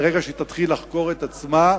ברגע שתתחיל לחקור את עצמה,